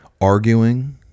arguing